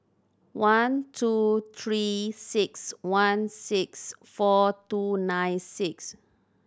one two Three Six One six four two nine six